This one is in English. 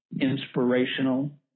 inspirational